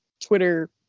Twitter